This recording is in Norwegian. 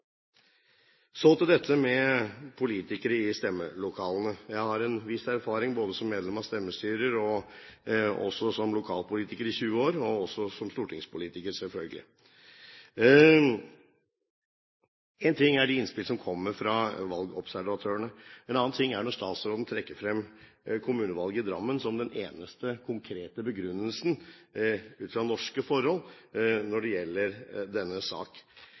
Så til dette med politikere i stemmelokalene. Jeg har en viss erfaring både som medlem av stemmestyrer og som lokalpolitiker i 20 år – og også som stortingspolitiker, selvfølgelig. Én ting er de innspill som kommer fra valgobservatørene. En annen ting er når statsråden trekker frem kommunevalget i Drammen som den eneste konkrete begrunnelsen ut fra norske forhold når det gjelder denne sak.